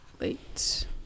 late